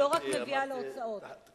לא רק מביאה להוצאות.